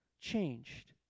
changed